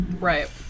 right